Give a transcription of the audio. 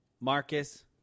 Marcus